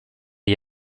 gli